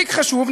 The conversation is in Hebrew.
תיק חשוב,